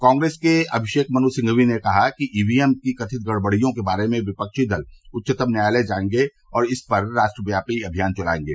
कांग्रेस के अमिषेक मनु सिंघवी ने कहा कि ईवीएम को कथित गडबडियों के बारे में विपक्षी दल उच्चतम न्यायालय जायेंगे और इस पर राष्ट्रव्यापी अभियान चलायेंगे